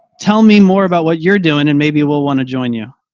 tell me more about what you're doing and maybe we'll want to join you.